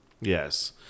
Yes